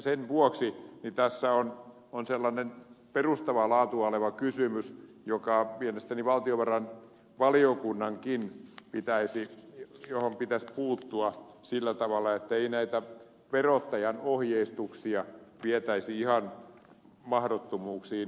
sen vuoksi tässä on sellainen perustavaa laatua oleva kysymys johon mielestäni valtiovarainvaliokunnankin pitäisi puuttua sillä tavalla että ei näitä verottajan ohjeistuksia vietäisi ihan mahdottomuuksiin